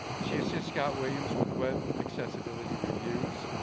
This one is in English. she assists scott williams with web accessibility reviews,